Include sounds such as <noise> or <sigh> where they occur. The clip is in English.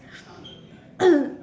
<coughs>